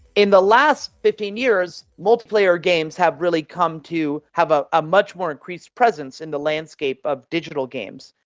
in the last fifteen years, multiplayer games have really come to have ah a much more increased presence in the landscape of digital games.